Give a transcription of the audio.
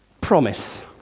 promise